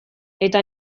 eta